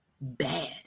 bad